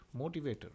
motivator